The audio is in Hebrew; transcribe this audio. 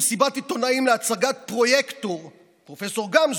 במסיבת עיתונאים להצגת פרויקטור פרופ' גמזו,